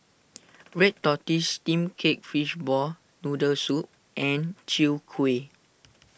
Red Tortoise Steamed Cake Fishball Noodle Soup and Chwee Kueh